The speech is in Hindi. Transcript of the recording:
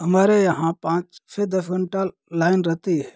हमारे यहाँ पाँच से दस घंटा लाइन रहती है